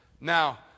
Now